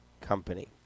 company